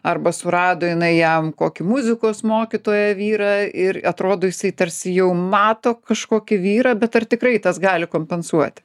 arba surado jinai jam kokį muzikos mokytoją vyrą ir atrodo jisai tarsi jau mato kažkokį vyrą bet ar tikrai tas gali kompensuot